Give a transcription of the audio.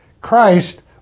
Christ